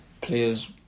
players